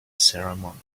ceremony